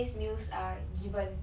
你讲什么 three days